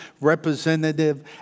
representative